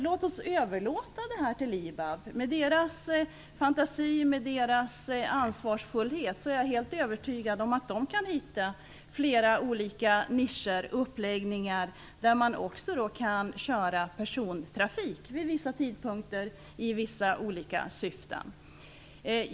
Låt oss överlåta detta till IBAB! Med tanke på företagets fantasi och ansvarsfullhet är jag helt övertygad om att man kan hitta flera olika nischer och uppläggningar, så att man också kan köra persontrafik vid vissa tidpunkter och i vissa syften.